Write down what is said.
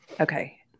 Okay